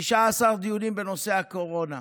19 דיונים בנושא הקורונה.